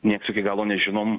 nieks iki galo nežinom